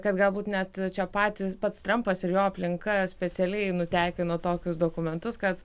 kad galbūt net čia patys pats trampas ir jo aplinka specialiai nutekino tokius dokumentus kad